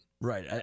right